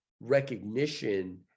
recognition